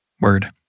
word